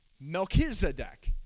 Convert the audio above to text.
Melchizedek